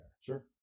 sure